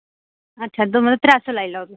अच्छा तुस मतलब त्रैऽ सौ लाई लैओ तुस